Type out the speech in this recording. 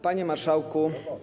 Panie Marszałku!